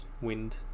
wind